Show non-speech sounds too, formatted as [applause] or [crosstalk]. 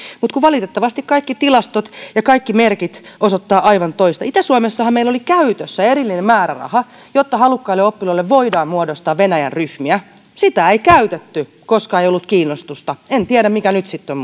mutta kun valitettavasti kaikki tilastot ja kaikki merkit osoittavat aivan toista itä suomessahan meillä oli käytössä erillinen määräraha jotta halukkaille oppilaille voidaan muodostaa venäjänryhmiä sitä ei käytetty koska ei ollut kiinnostusta en tiedä mikä nyt sitten on [unintelligible]